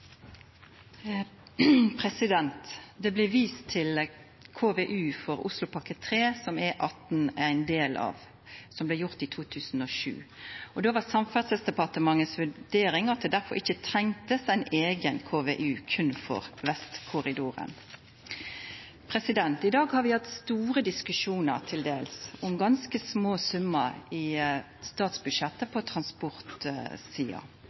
retning. Det blei vist til KVU for Oslopakke 3, som E18 er ein del av, som blei ferdig i 2007. Då var Samferdselsdepartementets vurdering at det ikkje var nødvendig med ei eiga KVU berre for Vestkorridoren. I dag har vi hatt til dels store diskusjonar om ganske små summar i statsbudsjettet